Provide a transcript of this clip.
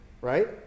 right